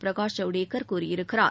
பிரகாஷ் ஜவுடேகர் கூறியிருக்கிறார்